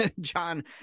John